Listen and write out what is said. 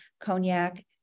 cognac